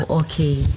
okay